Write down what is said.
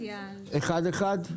אחד, אחד.